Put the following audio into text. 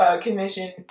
commission